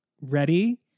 ready